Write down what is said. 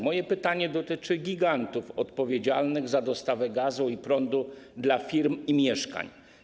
Moje pytanie dotyczy gigantów odpowiedzialnych za dostawę gazu i prądu dla firm i mieszkań.